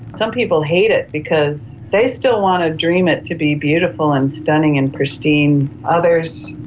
some people hate it because they still want to dream it to be beautiful and stunning and pristine, others,